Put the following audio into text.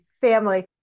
family